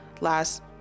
Last